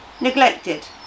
neglected